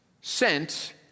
sent